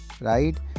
right